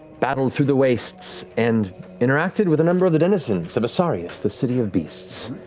battled through the wastes, and interacted with a number of the denizens of asarius, the city of beasts.